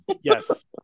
yes